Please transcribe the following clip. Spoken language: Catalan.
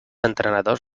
entrenadors